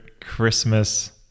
Christmas